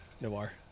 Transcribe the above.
Noir